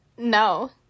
No